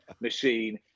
machine